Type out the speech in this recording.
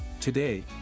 Today